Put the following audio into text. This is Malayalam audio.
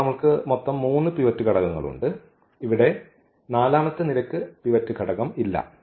അതിനാൽ നമ്മൾക്ക് മൂന്ന് പിവറ്റ് ഘടകങ്ങളുണ്ട് ഇവിടെ നാലാമത്തെ നിരയ്ക്ക് പിവറ്റ് ഘടകം ഇല്ല